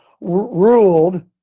ruled